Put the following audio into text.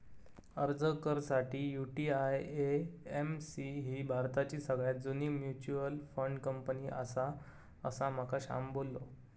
अर्ज कर साठी, यु.टी.आय.ए.एम.सी ही भारताची सगळ्यात जुनी मच्युअल फंड कंपनी आसा, असा माका श्याम बोललो